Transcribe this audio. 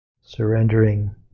Surrendering